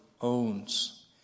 owns